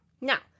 Now